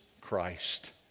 Christ